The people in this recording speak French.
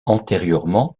antérieurement